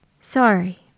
Sorry